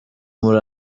muri